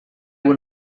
were